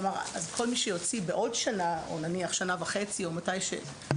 כלומר אז כל מי שיוציא בעוד שנה או שנה וחצי או מתישהו,